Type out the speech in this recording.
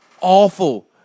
awful